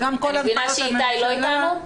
וגם כל --- אני מבינה שאיתי לא איתנו.